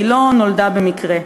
לא נולדו במקרה.